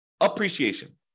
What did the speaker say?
appreciation